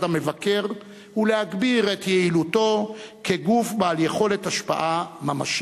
המבקר ולהגביר את יעילותו כגוף בעל יכולת השפעה ממשית.